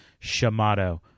Shamato